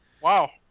Wow